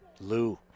Lou